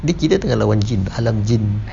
dia kira tengah lawan jin alam jin